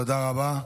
תודה רבה.